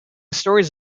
stories